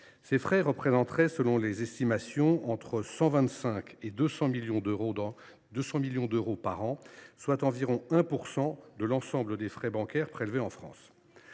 Ces frais représenteraient selon les estimations entre 125 millions d’euros et 200 millions d’euros par an, soit environ 1 % de l’ensemble des frais bancaires prélevés en France.